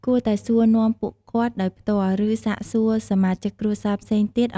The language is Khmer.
គួរតែសួរនាំពួកគាត់ដោយផ្ទាល់ ឬសាកសួរសមាជិកគ្រួសារផ្សេងទៀតអំពីអ្វីដែលពួកគាត់ចង់បាន ឬត្រូវការជាចាំបាច់របស់គាត់។